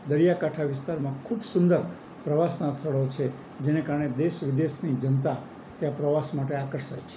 દરિયાકાંઠા વિસ્તારમાં ખૂબ સુંદર પ્રવાસનાં સ્થળો છે જેને કારણે દેશ વિદેશની જનતા ત્યાં પ્રવાસ માટે આકર્ષાય છે